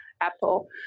Apple